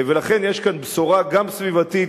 לכן יש כאן בשורה גם סביבתית,